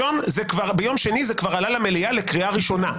ביום שני זה כבר עלה למליאה לקריאה הראשונה.